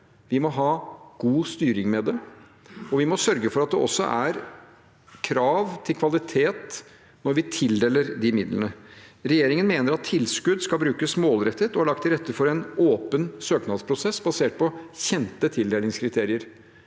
Vi må ha god styring med det, og vi må sørge for at det også er krav til kvalitet når vi tildeler de midlene. Regjeringen mener at tilskudd skal brukes målrettet og har lagt til rette for en åpen søknadsprosess basert på kjente tildelingskriterier.